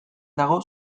dago